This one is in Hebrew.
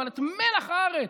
אבל את מלח הארץ,